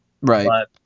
Right